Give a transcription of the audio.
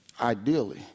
ideally